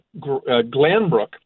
glanbrook